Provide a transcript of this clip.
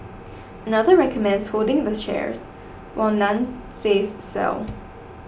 another recommends holding the shares while none says sell